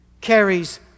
carries